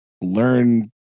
learn